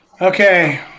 Okay